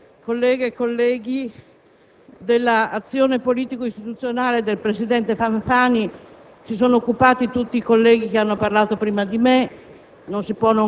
Presidente, colleghe e colleghi, dell'azione politico-istituzionale del presidente Fanfani